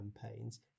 campaigns